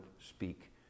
speak